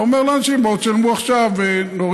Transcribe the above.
אתה אומר לאנשים: בואו תשלמו עכשיו ונוריד